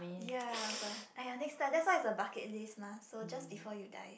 ya but !aiya! next time that's why it's a bucket list mah so just before you die